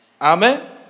Amen